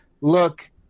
look